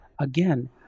again